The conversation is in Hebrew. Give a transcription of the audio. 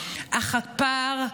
אך הפער,